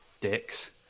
dicks